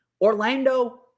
Orlando